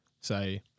Say